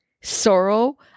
Sorrow